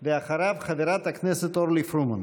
אחריו, חברת הכנסת אורלי פרומן.